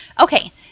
okay